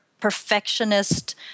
perfectionist